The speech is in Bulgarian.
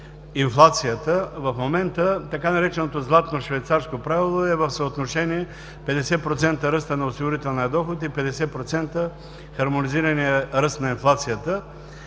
инфлацията. В момента така нареченото „златно швейцарско правило“ е в съотношение 50% ръст на осигурителния доход и 50% хармонизирания ръст на инфлацията.